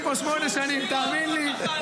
טחנתי פה שמונה שנים, תאמין לי.